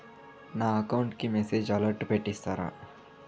నా అకౌంట్ కి message alert పెట్టిస్తారా